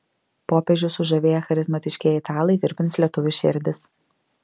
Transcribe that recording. popiežių sužavėję charizmatiškieji italai virpins lietuvių širdis